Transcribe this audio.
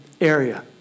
area